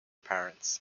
parents